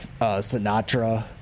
Sinatra